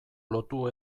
lotu